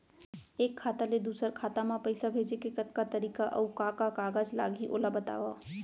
एक खाता ले दूसर खाता मा पइसा भेजे के कतका तरीका अऊ का का कागज लागही ओला बतावव?